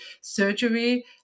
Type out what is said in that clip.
surgery